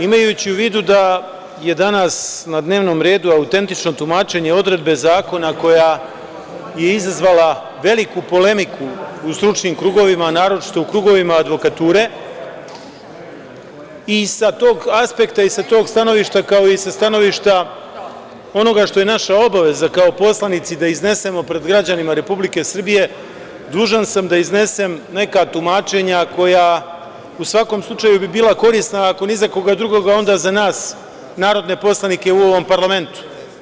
Imajući u vidu da je danas na dnevnom redu Autentično tumačenje odredbe zakona, koja je izazvala veliku polemiku u stručnim krugovima, naročito u krugovima advokature i sa tog aspekta i sa tog stanovišta, kao i sa stanovišta onoga što je naša obaveza kao poslanici da iznesemo pred građanima Republike Srbije, dužan sam da iznesem neka tumačenja koja, u svakom slučaju bi bila korisna, ako ni za koga drugog, onda za nas narodne poslanike u ovom parlamentu.